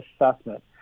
assessment